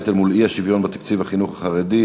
בנטל מול האי-שוויון בתקציבי החינוך החרדי,